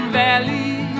valley